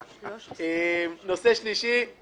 נושא שלישי הוא